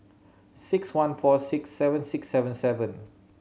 six one four six seven six seven seven